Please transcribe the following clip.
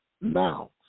now